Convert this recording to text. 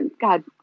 God